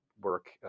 work